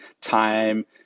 time